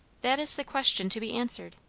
that is the question to be answered.